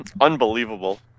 unbelievable